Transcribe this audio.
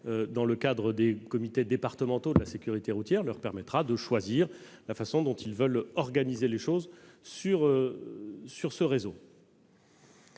dans le cadre des comités départementaux de la sécurité routière. Elle leur permettra de choisir la façon dont ils veulent organiser les choses sur ce réseau.